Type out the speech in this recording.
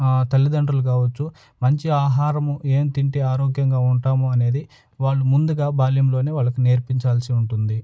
తల్లిదండ్రులు కావచ్చు మంచి ఆహారము ఏం తింటే ఆరోగ్యంగా ఉంటాము అనేది వాళ్ళు ముందుగా బాల్యంలోనే వాళ్ళకి నేర్పించాల్సి ఉంటుంది